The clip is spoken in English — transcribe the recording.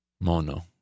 mono